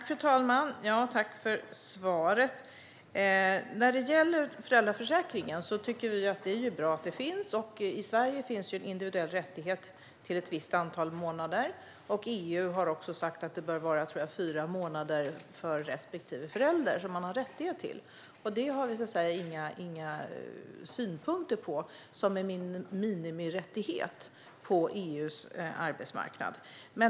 Fru talman! Tack för svaret! När det gäller föräldraförsäkringen tycker vi att det är bra att den finns. I Sverige finns en individuell rättighet till ett visst antal månader. EU har sagt att det bör vara fyra, tror jag, månader som respektive förälder har rättighet till. Det har vi inga synpunkter på som en minimirättighet på EU:s arbetsmarknad.